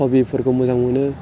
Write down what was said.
हबिफोरखौ मोजां मोनो